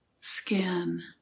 skin